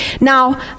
Now